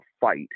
fight